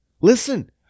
listen